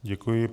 Děkuji.